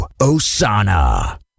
osana